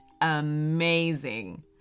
amazing